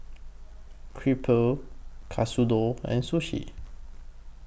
Crepe Katsudon and Sushi